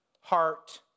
heart